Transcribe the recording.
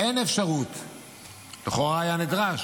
לכאורה היה נדרש,